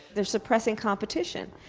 they're suppressing competition.